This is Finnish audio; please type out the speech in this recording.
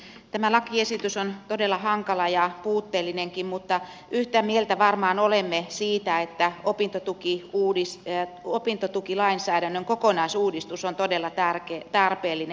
tämä lakiesitys on todella hankala ja puutteellinenkin mutta yhtä mieltä varmaan olemme siitä että opintotukilainsäädännön kokonaisuudistus on todella tarpeellinen